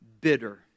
bitter